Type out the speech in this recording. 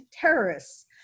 terrorists